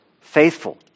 faithful